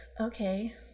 Okay